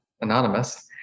anonymous